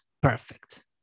perfect